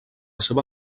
seva